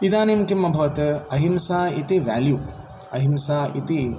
इदानीं किम् अभवत् अहिंसा इति वेल्यु अहिंसा इति